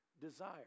desire